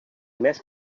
més